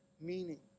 meaning